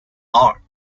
are